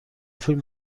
فیلم